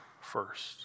first